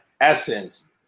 Essence